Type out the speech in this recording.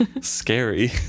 scary